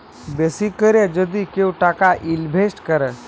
বেশি ক্যরে যদি কেউ টাকা ইলভেস্ট ক্যরে